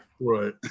right